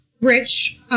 rich